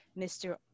Mr